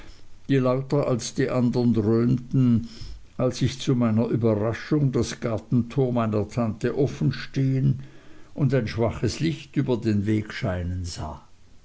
die lauter als die andern dröhnten als ich zu meiner überraschung das gartentor meiner tante offen stehen und ein schwaches licht über den weg scheinen sah